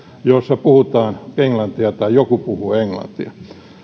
jossa puhutaan englantia tai joku puhuu englantia